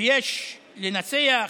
שיש לנסח,